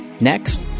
Next